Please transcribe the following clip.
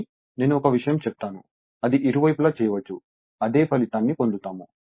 కానీ నేను ఒక విషయం చెప్తాను అది ఇరువైపులా చేయవచ్చు అదే ఫలితాన్ని పొందుతాము